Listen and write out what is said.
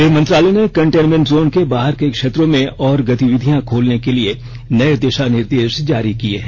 गृह मंत्रालय ने कंटेनमेंट जोन के बाहर के क्षेत्रों में और गतिविधियां खोलने के नए कल दिशानिर्देश जारी किए हैं